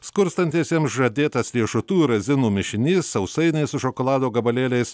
skurstantiesiems žadėtas riešutų razinų mišinys sausainiai su šokolado gabalėliais